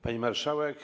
Pani Marszałek!